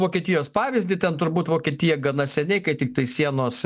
vokietijos pavyzdį ten turbūt vokietija gana seniai kai tiktai sienos